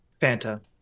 Fanta